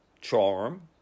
charm